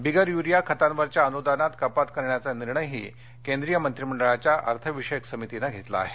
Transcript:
बिगर urea खतांवरच्या अनुदानात कपात करण्याचा निर्णयही केंद्रीय मंत्रीमंडळाच्या अर्थविषयक समितीनं घेतला आहे